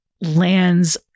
lands